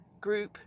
group